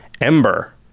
Ember